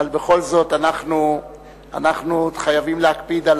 אבל בכל זאת אנחנו חייבים להקפיד על